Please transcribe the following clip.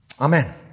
Amen